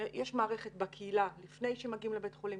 יש מערכת בקהילה לפני שמגיעים לבית חולים.